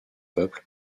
peuple